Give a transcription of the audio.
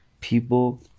People